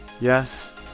Yes